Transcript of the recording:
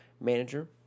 manager